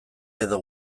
edo